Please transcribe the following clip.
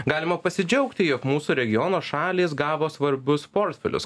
galima pasidžiaugti jog mūsų regiono šalys gavo svarbius portfelius